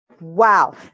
Wow